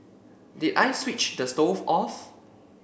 did I switch the stove off